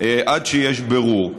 עד שיש בירור.